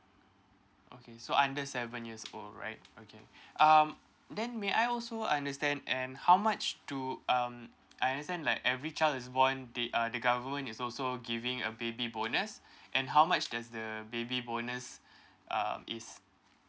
okay so under seven years old right okay um then may I also understand and how much to um I understand like every child is born the uh the government is also giving a baby bonus and how much does the baby bonus um is